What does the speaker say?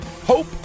Hope